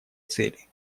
цели